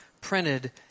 printed